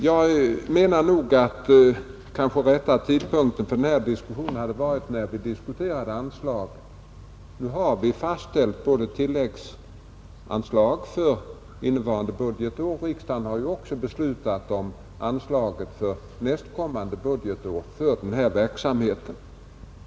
Jag menar att rätta tidpunkten för denna diskussion hade varit när vi diskuterade anslaget. Nu har vi fastställt tilläggsanslag för innevarande budgetår, och riksdagen har också beslutat om anslaget för nästkommande budgetår till denna verksamhet.